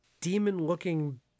demon-looking